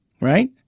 right